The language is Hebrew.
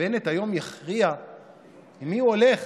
בנט היום יכריע עם מי הוא הולך